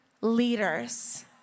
leaders